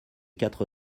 quatre